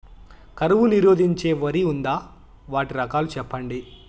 కరువు నిరోధించే వరి ఉందా? వాటి రకాలు చెప్పండి?